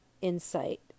insight